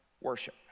worship